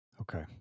Okay